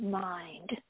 mind